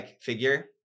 figure